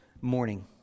morning